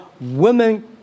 women